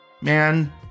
man